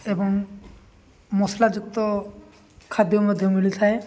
ଏବଂ ମସଲାଯୁକ୍ତ ଖାଦ୍ୟ ମଧ୍ୟ ମିଳିଥାଏ